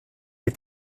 est